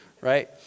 Right